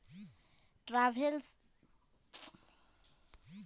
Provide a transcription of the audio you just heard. travel insurance হচ্ছে এক রকমের বীমা যেটা পর্যটকরা পাই